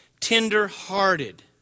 Tender-hearted